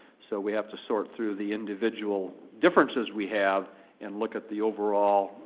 so we have to sort through the individual differences we have and look at the overall